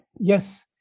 Yes